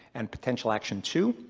and potential action two,